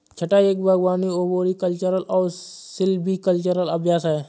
छंटाई एक बागवानी अरबोरिकल्चरल और सिल्वीकल्चरल अभ्यास है